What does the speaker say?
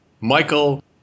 Michael